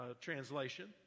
translation